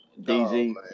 DZ